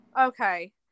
Okay